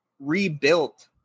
rebuilt